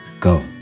Go